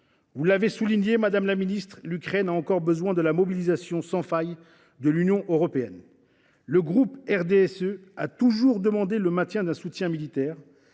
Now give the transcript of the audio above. Vous l’avez souligné, madame la secrétaire d’État, l’Ukraine a encore besoin de la mobilisation sans faille de l’Union européenne. Le groupe RDSE a toujours demandé le maintien d’un soutien militaire.